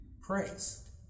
Praise